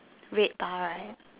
wait I